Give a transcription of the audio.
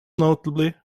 notably